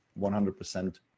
100%